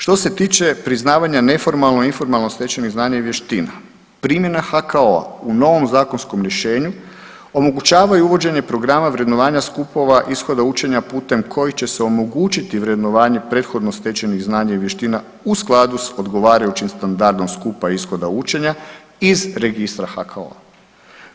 Što se tiče priznavanja neformalno informalno stečenih znanja i vještina, primjena HKO-a u novom zakonskom rješenju omogućava i uvođenje programa vrednovanja skupova ishoda učenja putem kojih će se omogućiti vrednovanje prethodno stečenih znanja i vještina u skladu s odgovarajućim standardom skupa ishoda učenja iz registra HKO-a.